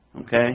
Okay